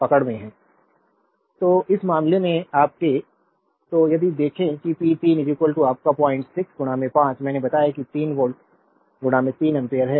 slide time देखें 0649 तो इस मामले में आपके तो यदि देखें कि पी 3 आपका 06 5 मैंने बताया कि 3 वोल्ट 3 एम्पियर है